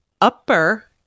Upper